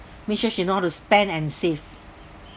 make sure she know how to spend and save